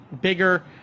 bigger